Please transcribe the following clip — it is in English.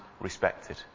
respected